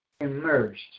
immersed